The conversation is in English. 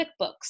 QuickBooks